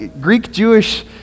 Greek-Jewish